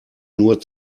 nur